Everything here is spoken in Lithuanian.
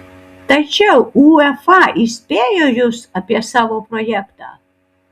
tačiau uefa įspėjo jus apie savo projektą